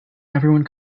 everyone